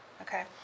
Okay